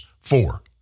Four